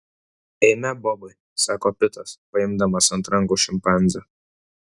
eime bobai sako pitas paimdamas ant rankų šimpanzę